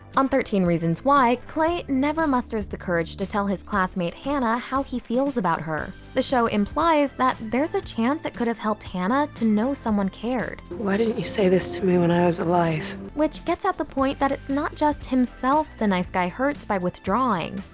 on thirteen reasons why, clay never musters the courage to tell his classmate hannah how he feels about her. the show implies that there's a chance it could have helped hannah to know someone cared. why didn't you say this to me when i was alive? which gets at the point that it's not just himself the nice guy hurts by withdrawing.